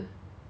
一起